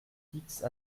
fixes